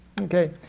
Okay